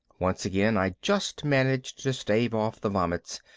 once again i just managed to stave off the vomits,